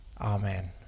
Amen